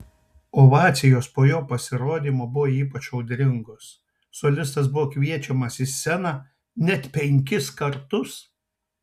ovacijos po jo pasirodymo buvo ypač audringos solistas buvo kviečiamas į sceną net penkis kartus